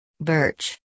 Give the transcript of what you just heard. Birch